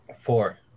Four